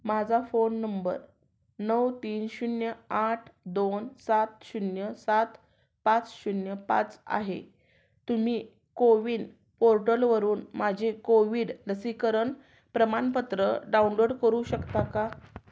माझा phone number नऊ तीन शून्य आठ दोन सात शून्य सात पाच शून्य पाच आहे तुम्ही कोविन पोर्टलवरून माझे कोविड लसीकरण प्रमाणपत्र डाउनलोड करू शकता का